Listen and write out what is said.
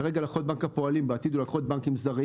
כרגע הוא יכול בנק הפועלים ובעתיד הוא יכול בנקים זרים